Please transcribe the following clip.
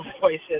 voices